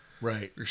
right